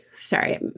Sorry